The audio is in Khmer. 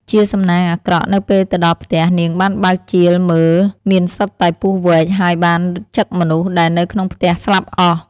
ជាសំណាងអាក្រក់ នៅពេលទៅដល់ផ្ទះ នាងបានបើកជាលមើលមានសុទ្ធតែពស់វែក ហើយបានចឹកមនុស្សដែលនៅក្នុងផ្ទះស្លាប់អស់។